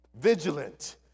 vigilant